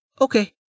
Okay